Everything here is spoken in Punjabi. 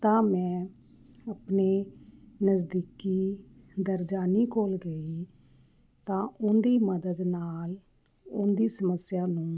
ਤਾਂ ਮੈਂ ਆਪਣੇ ਨਜ਼ਦੀਕੀ ਦਰਜਾਨੀ ਕੋਲ ਗਈ ਤਾਂ ਉਹਦੀ ਮਦਦ ਨਾਲ ਉਹਦੀ ਸਮੱਸਿਆ ਨੂੰ